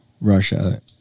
Russia